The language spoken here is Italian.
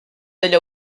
dagli